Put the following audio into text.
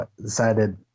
decided